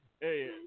Hey